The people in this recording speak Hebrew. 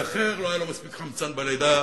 האחר לא היה לו מספיק חמצן בלידה